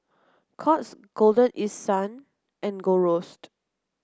Courts Golden East Sun and Gold Roast